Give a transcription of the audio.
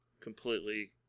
completely